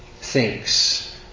thinks